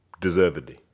deservedly